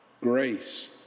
Grace